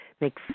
make